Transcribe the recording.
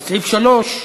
לסעיף 3,